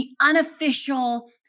unofficial